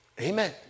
Amen